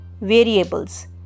variables